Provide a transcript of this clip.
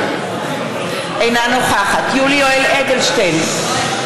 אינה נוכחת יולי יואל אדלשטיין,